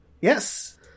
Yes